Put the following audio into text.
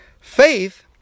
Faith